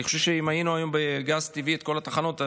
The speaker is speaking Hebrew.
אני חושב שאם היינו היום בגז טבעי בכל התחנות,